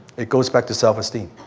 it goes back to self-esteem.